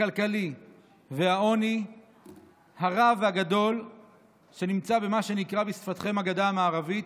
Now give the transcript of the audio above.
הכלכלי והעוני הרב והגדול שנמצא במה שנקרא בשפתכם "הגדה המערבית",